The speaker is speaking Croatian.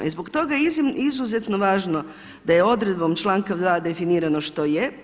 I zbog toga je izuzetno važno da je odredbom članka 2. definirano što je.